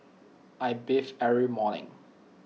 I bathe every morning